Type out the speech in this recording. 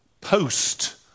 post